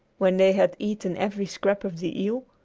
when they had eaten every scrap of the eel,